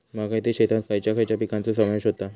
बागायती शेतात खयच्या खयच्या पिकांचो समावेश होता?